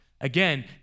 Again